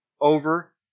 over